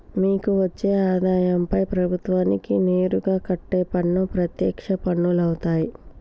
మీకు వచ్చే ఆదాయంపై ప్రభుత్వానికి నేరుగా కట్టే పన్ను ప్రత్యక్ష పన్నులవుతాయ్